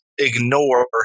Ignore